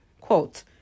quote